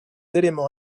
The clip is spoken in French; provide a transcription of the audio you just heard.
éléments